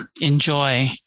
enjoy